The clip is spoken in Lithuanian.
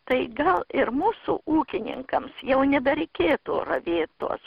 tai gal ir mūsų ūkininkams jau nebereikėtų ravėt tuos